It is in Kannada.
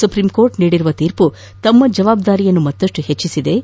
ಸುಪ್ರೀಂಕೋರ್ಟ್ ನೀಡಿರುವ ತೀರ್ಮ ತಮ್ಮ ಜವಾಬ್ದಾರಿಯನ್ನು ಹೆಚ್ಚಿಸಿದ್ದು